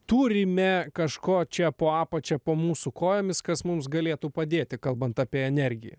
turime kažko čia po apačia po mūsų kojomis kas mums galėtų padėti kalbant apie energiją